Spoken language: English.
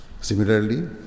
Similarly